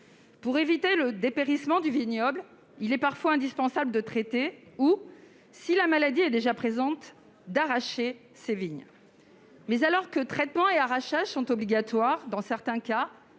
Pour éviter le dépérissement du vignoble, il est parfois indispensable de traiter ou, si la maladie est déjà présente, d'arracher ces vignes. Mais, alors que traitement et arrachage sont obligatoires dans certains cas